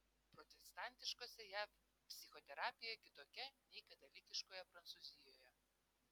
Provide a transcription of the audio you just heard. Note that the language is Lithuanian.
protestantiškose jav psichoterapija kitokia nei katalikiškoje prancūzijoje